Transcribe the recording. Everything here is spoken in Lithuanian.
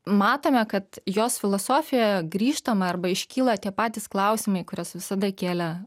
matome kad jos filosofijoje grįžtama arba iškyla tie patys klausimai kuriuos visada kėlė